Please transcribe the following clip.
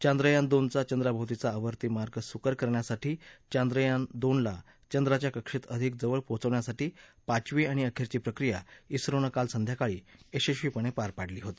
चांद्रयान दोनचा चंद्राभोवतीचा आवर्ती मार्ग सुकर करण्यासाठी चांद्रयान दोनला चंद्राच्या कक्षेत अधिक जवळ पोहोचवण्याची पाचवी आणि अखेरची प्रक्रीया उत्रोनं काल संध्याकाळी यशस्वीपणे पार पाडली होती